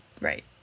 Right